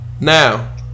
Now